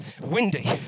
windy